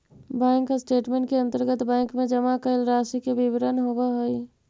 bank statement के अंतर्गत bank में जमा कैल राशि के विवरण होवऽ हइ